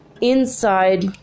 Inside